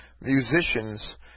musicians